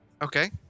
Okay